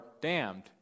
damned